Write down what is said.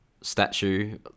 statue